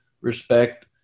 respect